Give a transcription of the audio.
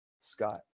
Scott